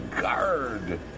guard